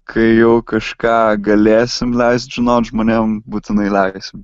kai jau kažką galėsim leist žinot žmonėm būtinai leisim